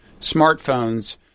smartphones